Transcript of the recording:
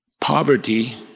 Poverty